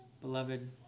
beloved